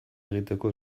egiteko